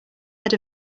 head